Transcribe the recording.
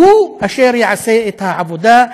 והוא אשר יעשה את העבודה,